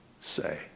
say